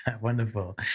Wonderful